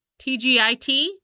TGIT